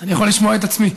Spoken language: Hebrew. שאני יכול לשמוע את עצמי.